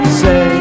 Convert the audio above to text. say